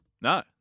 No